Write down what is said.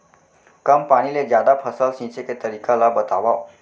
कम पानी ले जादा फसल सींचे के तरीका ला बतावव?